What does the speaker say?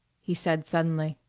he said suddenly.